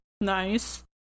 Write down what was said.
Nice